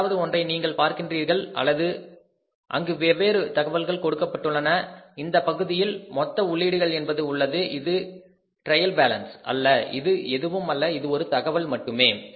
ஏதாவது ஒன்றை நீங்கள் பார்க்கின்றீர்கள் அங்கு வெவ்வேறு தகவல்கள் கொடுக்கப்பட்டுள்ளன இந்தப் பகுதியில் மொத்த உள்ளீடுகள் என்பது உள்ளது இது ட்ரையல் பேலன்ஸ் அல்ல இது எதுவும் அல்ல இது ஒரு தகவல் மட்டுமே